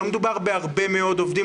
לא מדובר בהרבה מאוד עובדים,